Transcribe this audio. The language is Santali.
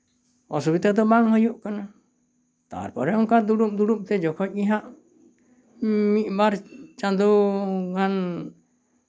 ᱚᱥᱩᱵᱤᱫᱷᱟ ᱫᱚ ᱵᱟᱝ ᱦᱩᱭᱩᱜ ᱠᱟᱱᱟ ᱛᱟᱨᱯᱚᱨᱮ ᱚᱱᱠᱟ ᱫᱩᱲᱩᱵ ᱫᱩᱲᱩᱵ ᱛᱮ ᱡᱚᱠᱷᱚᱡ ᱜᱮᱦᱟᱜ ᱢᱤᱫᱵᱟᱨ ᱪᱟᱸᱫᱳ ᱜᱟᱱ